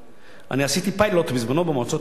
אני עשיתי פיילוט בזמנו במועצות האזוריות,